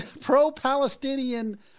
Pro-Palestinian